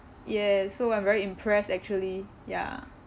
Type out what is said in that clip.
yes so I'm very impressed actually ya